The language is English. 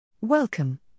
Welcome